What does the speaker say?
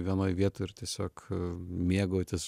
vienoj vietoj ir tiesiog mėgautis